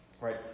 right